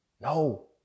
No